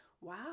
wow